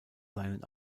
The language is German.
seinen